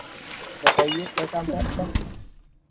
बताइए क्या काम है आपका